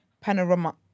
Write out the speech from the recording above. Panorama